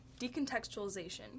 decontextualization